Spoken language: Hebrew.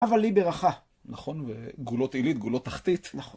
אבל היא ברכה. נכון. וגולות עילית, גולות תחתית. נכון.